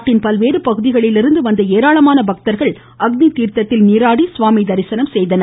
நாட்டின் பல்வேறு பகுதிகளிலிருந்து வந்த ஏராளமான பக்தர்கள் அக்னி தீர்த்தத்தில் நீராடி சுவாமி தரிசனம் செய்தனர்